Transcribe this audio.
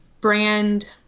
brand